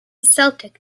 celtic